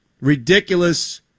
Ridiculous